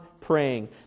praying